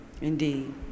Indeed